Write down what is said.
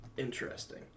Interesting